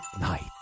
night